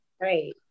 Right